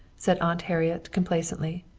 said aunt harriet complacently.